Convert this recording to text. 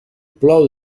plou